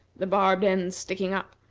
the barbed end sticking up,